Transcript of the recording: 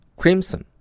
crimson